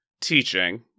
teaching